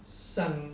上